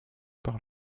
par